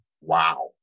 Wow